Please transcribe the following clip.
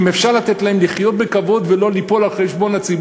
אם אפשר לתת להם לחיות בכבוד ולא ליפול על הציבור,